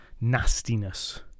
nastiness